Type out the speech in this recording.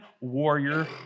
warrior